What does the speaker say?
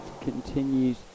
continues